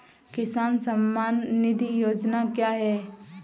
किसान सम्मान निधि योजना क्या है?